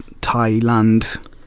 Thailand